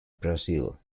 brazil